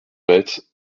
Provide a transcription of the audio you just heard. retz